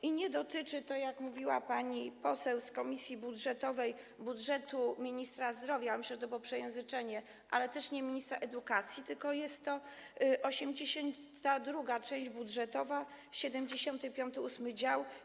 I nie dotyczy to, jak mówiła pani poseł z komisji budżetowej, budżetu ministra zdrowia - myślę, że to było przejęzyczenie - ale też nie ministra edukacji, tylko jest to 82 część budżetowa, 758 dział.